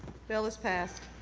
bill is passed.